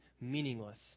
meaningless